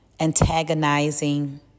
antagonizing